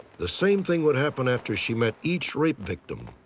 the same thing would happen after she met each rape victim.